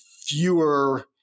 fewer